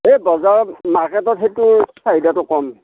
এই বজাৰত মাৰ্কেটত সেইটো চাহিদাটো কম